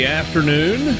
afternoon